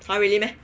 !huh! really meh